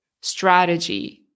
strategy